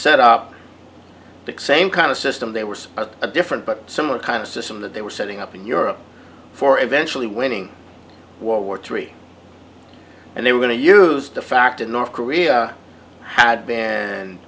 set up the same kind of system they were a different but similar kind of system that they were setting up in europe for eventually winning war three and they were going to use the fact in north korea had b